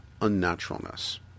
unnaturalness